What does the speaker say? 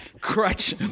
crutch